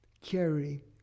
carry